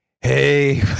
Hey